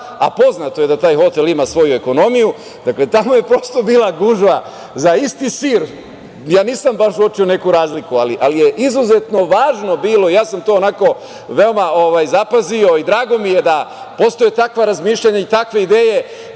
a poznato je da taj hotel ima svoju ekonomiju. Dakle, tamo je prosto bila gužva za isti sir. Ja nisam baš uočio neku razliku, ali je izuzetno važno bilo, ja sam to onako veoma zapazio i drago mi je da postoje takva razmišljanja i takve ideje